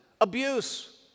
abuse